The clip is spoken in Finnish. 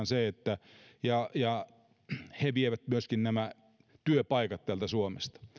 se että he vievät myöskin työpaikat täältä suomesta